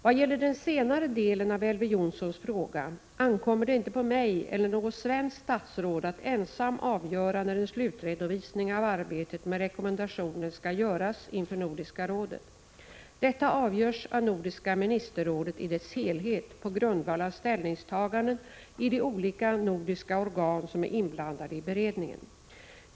Vad gäller den senare delen av Elver Jonssons fråga ankommer det inte på mig eller något svenskt statsråd att ensam avgöra när en slutredovisning av arbetet med rekommendationen skall göras inför Nordiska rådet. Detta avgörs av Nordiska ministerrådet i dess helhet på grundval av ställningstagandena i de olika nordiska organ som är inblandade i beredningen.